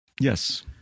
Yes